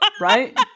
Right